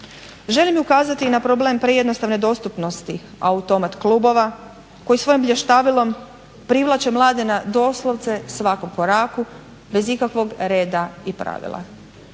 Želim ukazati i na problem prejednostavne dostupnosti automat klubova koji svojim blještavilom privlače mlade na doslovce svakom koraku bez ikakvog reda i pravila.